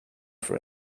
for